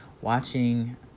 watching